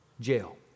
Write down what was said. Jail